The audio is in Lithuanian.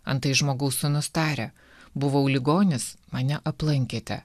antai žmogaus sūnus taria buvau ligonis mane aplankėte